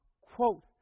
quote